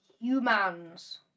humans